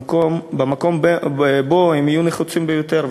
במקום שבו הם יהיו נחוצים ביותר.